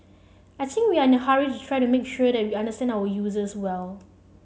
I think we are in a hurry to try to make sure that we understand our users well